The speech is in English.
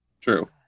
True